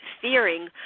fearing